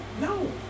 No